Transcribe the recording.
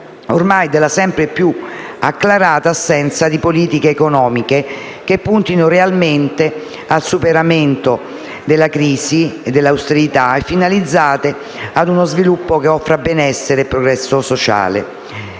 ormai sempre più acclarata assenza di politiche economiche che puntino realmente al superamento della crisi e dell'austerità e finalizzate a uno sviluppo che offra benessere e progresso sociale.